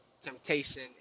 temptation